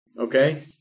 okay